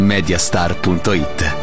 Mediastar.it